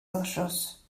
celsius